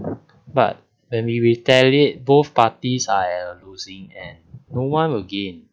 but then we retaliate both parties are losing and no one will gain